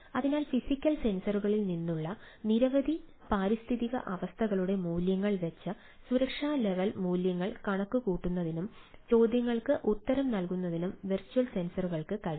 അതിനാൽ ഫിസിക്കൽ സെൻസറുകളിൽ നിന്നുള്ള നിരവധി പാരിസ്ഥിതിക അവസ്ഥകളുടെ മൂല്യങ്ങൾ വെച്ച് സുരക്ഷാ ലെവൽ മൂല്യങ്ങൾ കണക്കുകൂട്ടുന്നതിനും ചോദ്യങ്ങൾക്ക് ഉത്തരം നൽകുന്നതിനും വെർച്വൽ സെൻസറുകൾക്ക് കഴിയും